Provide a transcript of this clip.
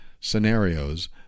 scenarios